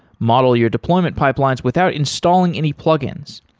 model your deployment pipelines without installing any plugins.